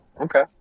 Okay